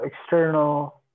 external